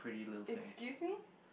excuse me